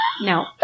no